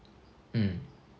mm